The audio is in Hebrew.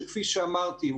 שכפי שאמרתי,